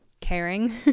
caring